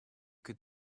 could